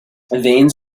veins